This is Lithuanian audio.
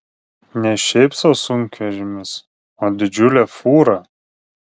ne šiaip sau sunkvežimis o didžiulė fūra